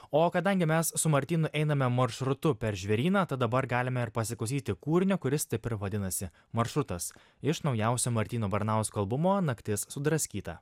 o kadangi mes su martynu einame maršrutu per žvėryną tad dabar galime ir pasiklausyti kūrinio kuris taip ir vadinasi maršrutas iš naujausio martyno baranausko albumo naktis sudraskyta